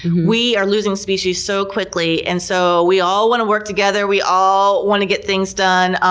we are losing species so quickly. and so we all want to work together, we all want to get things done,